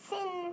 Sin